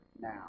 now